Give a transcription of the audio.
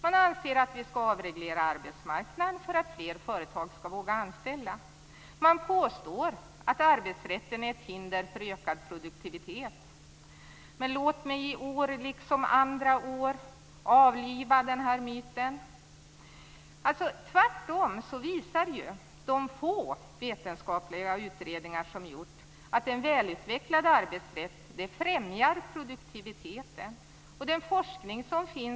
Man anser att vi skall avreglera arbetsmarknaden för att fler företag skall våga anställa. Man påstår att arbetsrätten är ett hinder för ökad produktivitet. Låt mig i år, liksom andra år, avliva den här myten. Tvärtom visar ju de få vetenskapliga utredningar som gjorts att en välutvecklad arbetsrätt främjar produktiviteten. Även internationell forskning visar detta.